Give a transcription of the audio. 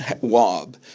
wob